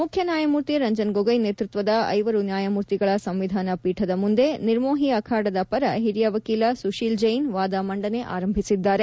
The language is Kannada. ಮುಖ್ಯ ನ್ಯಾಯಮೂರ್ತಿ ರಂಜನ್ ಗೊಗೋಯ್ ನೇತೃತ್ವದ ಐವರು ನ್ಯಾಯಮೂರ್ತಿಗಳ ಸಂವಿಧಾನ ಪೀಠದ ಮುಂದೆ ನಿರ್ಮೋಹಿ ಅಖರದ ಪರ ಹಿರಿಯ ವಕೀಲ ಸುತೀಲ್ ಜೈನ್ ವಾದ ಮಂಡನೆ ಆರಂಭಿಸಿದ್ದಾರೆ